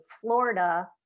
Florida